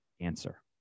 answer